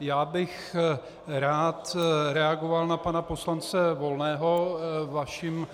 Já bych rád reagoval na pana poslance Volného vaším